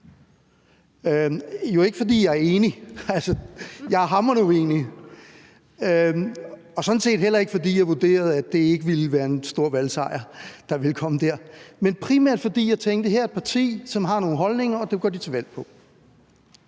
jo ikke, fordi jeg var enig – jeg var hamrende uenig – og det var sådan set heller ikke, fordi jeg vurderede, at det ville være den store valgsejr, der dér ville komme, men det var primært, fordi jeg tænkte, at her er et parti, som har nogle holdninger, som de går til valg på,